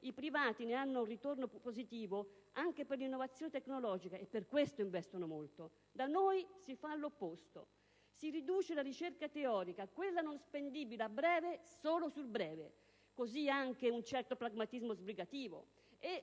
I privati ne hanno un ritorno positivo anche per l'innovazione tecnologica e per questo investono molto. Da noi si fa l'opposto: si riduce la ricerca teorica, quella non spendibile a breve, solo sul breve; e così, un certo pragmatismo sbrigativo,